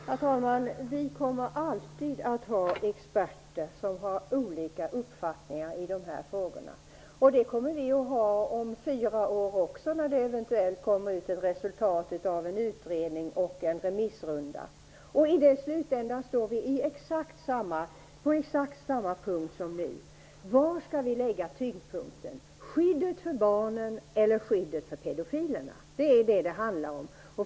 Herr talman! Det kommer alltid att finnas experter som har olika uppfattningar i dessa frågor. Och det kommer det också att finnas om fyra år när det eventuellt presenteras ett resultat av en utredning och en remissrunda. Då står vi på exakt samma punkt som vi nu gör. Var skall tyngdpunkten läggas? Skall den läggas på skyddet för barnen eller skyddet för pedofilerna? Det är det som det handlar om.